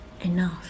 enough